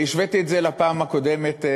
השוויתי את זה לפעם הקודמת,